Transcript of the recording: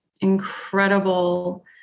incredible